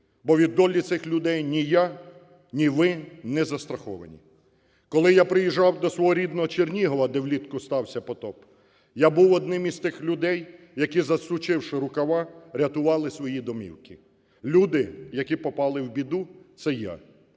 бо від долі цих людей ні я, ні ви не застраховані. Коли я приїжджав до свого рідного Чернігова, де влітку стався потоп, я був одним із тих людей, які, засучивши рукава, рятували свої домівки. Люди, які попали в біду, - це я,